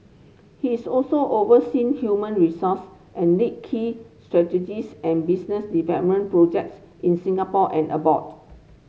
he is also oversee human resource and lead key strategies and business projects in Singapore and abroad